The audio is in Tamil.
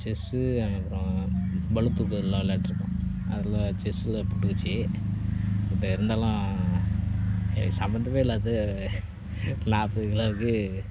செஸ் அப்புறம் பளுதூக்களெலாம் விளாண்டுருக்கோம் அதில் செஸ்ஸில் பிட்டுக்கிச்சி பட் இருந்தாலும் சம்மந்தமே இல்லாத நாற்பது கிலோ அது